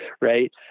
Right